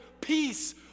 peace